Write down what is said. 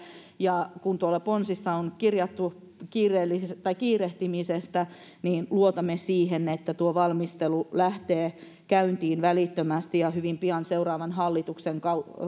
ja kun tuolla ponsissa on kirjattu kiirehtimisestä niin luotamme siihen että tuo valmistelu lähtee käyntiin välittömästi ja että hyvin pian seuraavan